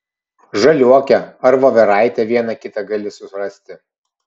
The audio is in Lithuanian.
žaliuokę ar voveraitę vieną kitą gali surasti